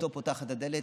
אשתו פותחת את הדלת,